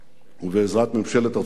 ובעזרת ממשלת ארצות-הברית,